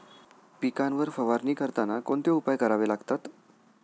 पिकांवर फवारणी करताना कोणते उपाय करावे लागतात?